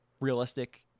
realistic